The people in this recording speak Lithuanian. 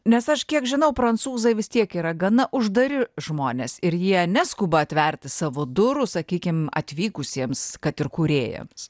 nes aš kiek žinau prancūzai vis tiek yra gana uždari žmonės ir jie neskuba atverti savo durų sakykim atvykusiems kad ir kūrėjams